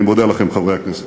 אני מודה לכם, חברי הכנסת.